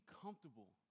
comfortable